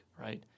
right